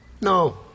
No